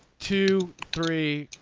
two three